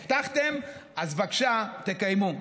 הבטחתם, אז בבקשה תקיימו.